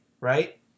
Right